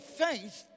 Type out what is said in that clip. faith